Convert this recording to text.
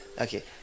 Okay